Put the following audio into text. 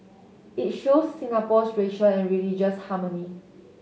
it shows Singapore's racial and religious harmony